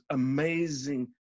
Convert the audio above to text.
amazing